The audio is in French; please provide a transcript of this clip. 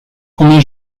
combien